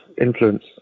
influence